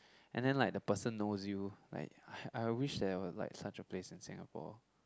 and then like the person knows you like I wish there was like such a place in Singapore